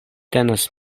tenas